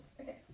Okay